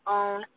own